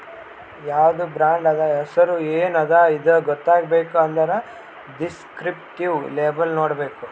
ಯಾವ್ದು ಬ್ರಾಂಡ್ ಅದಾ, ಹೆಸುರ್ ಎನ್ ಅದಾ ಇದು ಗೊತ್ತಾಗಬೇಕ್ ಅಂದುರ್ ದಿಸ್ಕ್ರಿಪ್ಟಿವ್ ಲೇಬಲ್ ನೋಡ್ಬೇಕ್